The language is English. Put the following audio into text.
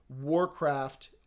warcraft